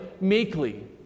meekly